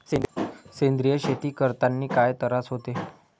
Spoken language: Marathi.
सेंद्रिय शेती करतांनी काय तरास होते?